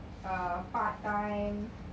a part time